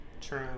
True